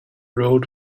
road